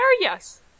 yes